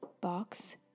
box